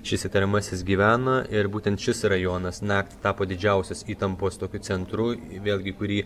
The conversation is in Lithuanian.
šis įtariamasis gyvena ir būtent šis rajonas naktį tapo didžiausios įtampos tokiu centru vėlgi į kurį